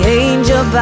angel